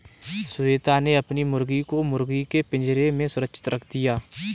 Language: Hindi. श्वेता ने अपनी मुर्गी को मुर्गी के पिंजरे में सुरक्षित रख दिया